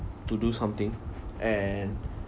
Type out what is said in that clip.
to do something and